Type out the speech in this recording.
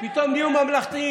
פתאום נהיו ממלכתיים.